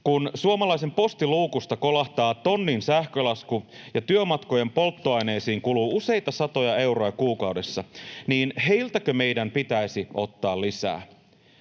Kun suomalaisen postiluukusta kolahtaa tonnin sähkölasku ja työmatkojen polttoaineisiin kuluu useita satoja euroja kuukaudessa, niin heiltäkö meidän pitäisi ottaa lisää?